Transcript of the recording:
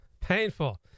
painful